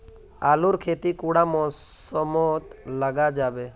आलूर खेती कुंडा मौसम मोत लगा जाबे?